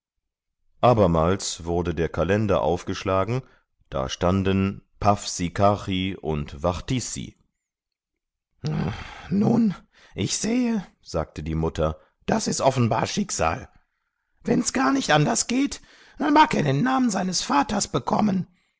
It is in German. abermals wurde der kalender aufgeschlagen da standen pawsikachi und wachtissi nun ich sehe sagte die mutter das ist offenbar schicksal wenn's gar nicht anders geht dann mag er den namen seines vaters bekommen